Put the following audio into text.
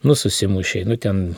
nu susimušei nu ten